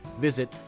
Visit